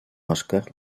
oscar